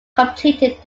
completed